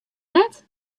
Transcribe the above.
net